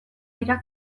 dira